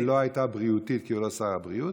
לא הייתה בריאותית, כי הוא לא שר הבריאות.